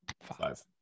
five